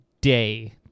day